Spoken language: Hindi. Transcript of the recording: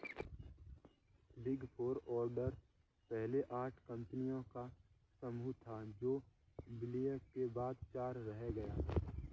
बिग फोर ऑडिटर्स पहले आठ कंपनियों का समूह था जो विलय के बाद चार रह गया